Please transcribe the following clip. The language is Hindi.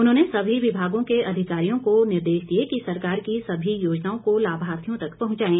उन्होंने सभी विभागों के अधिकारियों को निर्देश दिए कि सरकार की सभी योजनाओं को लाभार्थियों तक पहुंचायें